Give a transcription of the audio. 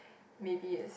maybe is